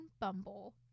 Bumble